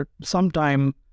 sometime